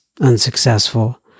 unsuccessful